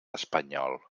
espanyol